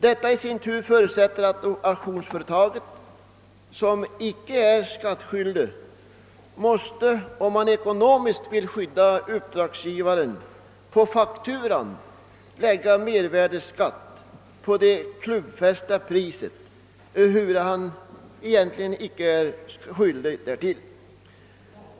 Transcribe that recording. Detta förutsätter i sin tur att auktionsföretaget, som icke är skattskyldigt, om det ekonomiskt vill skydda uppdragsgivaren på fakturan måste lägga mervärdeskatt på det klubbfästa priset, ehuru man icke är skyldig därtill.